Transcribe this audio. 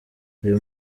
uyu